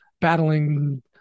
battling